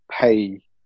pay